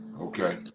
okay